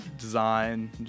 design